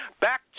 Back